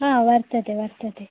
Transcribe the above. हा वर्तते वर्तते